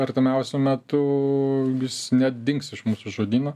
artimiausiu metu jis nedings iš mūsų žodyno